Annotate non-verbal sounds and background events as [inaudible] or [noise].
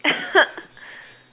[laughs]